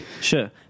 Sure